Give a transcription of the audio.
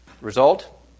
Result